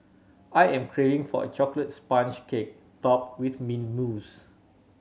I am craving for a chocolate sponge cake topped with min mousse